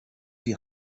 die